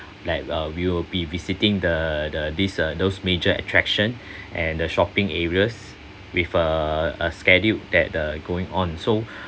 like uh we will be visiting the the this uh those major attraction and the shopping areas with uh a scheduled that uh going on so